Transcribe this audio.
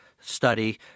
study